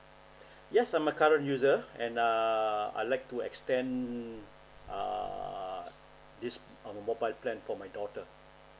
yes I'm a current user and err I like to extend err this uh mobile plan for my daughter